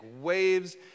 waves